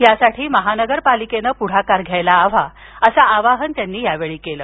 यासाठी महानगरपालिकेने पुढाकार घ्यायला हवा असं आवाहन त्यांनी यावेळी केलं